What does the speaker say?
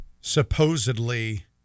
supposedly